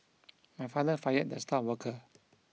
my father fired the star worker